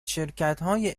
شرکتهای